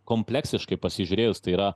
kompleksiškai pasižiūrėjus tai yra